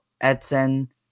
Edson